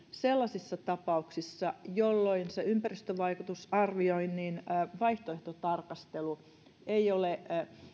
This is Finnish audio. sellaisissa tapauksissa jolloin ympäristövaikutusarvioinnin vaihtoehtotarkastelu ei ole